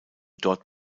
dort